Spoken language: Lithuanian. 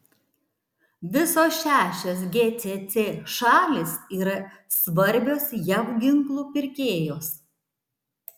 visos šešios gcc šalys yra svarbios jav ginklų pirkėjos